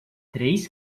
três